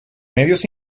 medios